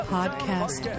Podcast